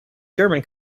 german